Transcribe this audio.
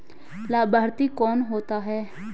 लाभार्थी कौन होता है?